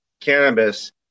cannabis